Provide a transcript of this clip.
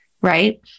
right